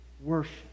worship